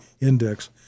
index